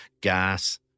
Gas